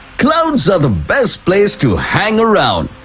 clouds are the best place to hang around.